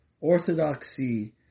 orthodoxy